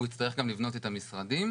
הוא יצטרך גם לבנות את המשרדים,